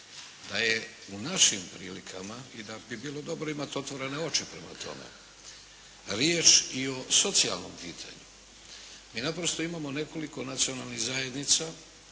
da je u našim prilikama i da bi bilo dobro imati otvorene oči prema tome, riječ i o socijalnom pitanju. Mi naprosto imamo nekoliko nacionalnih zajednica